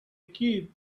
kid